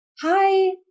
hi